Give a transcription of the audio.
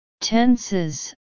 Tenses